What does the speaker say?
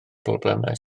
problemau